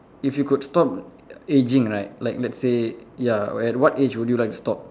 if you could stop aging right like let's say ya at what age would you like to stop